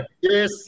Yes